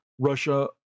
Russia